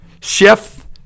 chef